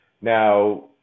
now